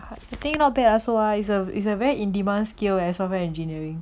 I think not bad ah so I so it's a very in demand skill eh software engineering